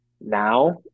now